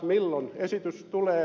milloin esitys tulee